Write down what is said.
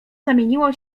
zamieniło